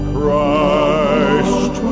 Christ